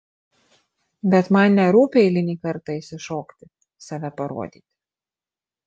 bet man nerūpi eilinį kartą išsišokti save parodyti